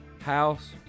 house